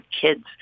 kids